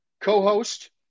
co-host